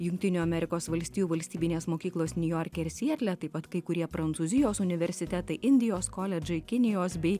jungtinių amerikos valstijų valstybinės mokyklos niujorke ir sietle taip pat kai kurie prancūzijos universitetai indijos koledžai kinijos bei